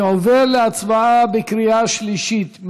אני עובר להצבעה בקריאה שלישית.